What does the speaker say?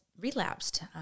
relapsed